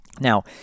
Now